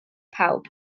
pawb